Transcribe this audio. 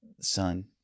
son